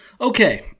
okay